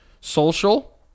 social